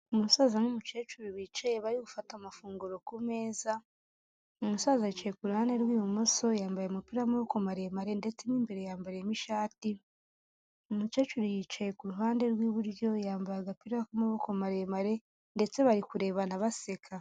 Umusaza n'umukecuru bicaye bari gufata amafunguro ku meza, umusaza yicaye ku ru ruhande rw'ibumoso, yambaye umupira w'amaboko maremare ndetse n'imbere yambayemo ishati. Umukecuru yicaye iruhande rw'iburyo yambaye agapira k'amaboko maremare ndetse bari kurebana baseka.